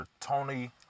Tony